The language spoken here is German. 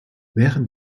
während